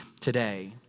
today